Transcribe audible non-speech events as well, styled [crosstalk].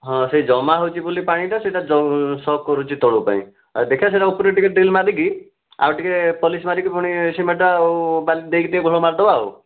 ହଁ ସେଇ ଜମା ହେଉଛି ବୋଲି ପାଣିଟା ସେଇଟା ସକ୍ କରୁଛି ତଳୁ [unintelligible] ଦେଖିଆ ସେଇଟା ଉପରେ ଟିକିଏ ଡ୍ରିଲ୍ ମାରିକି ଆଉ ଟିକିଏ ପଲିସ୍ ମାରିକି ପୁଣି ସିମେଣ୍ଟ ଆଉ ବାଲି ଦେଇକି ଟିକିଏ ଭଲ ମାରିଦେବା ଆଉ